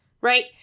Right